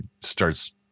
starts